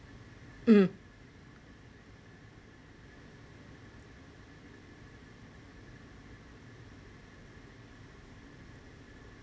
um